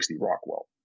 Rockwell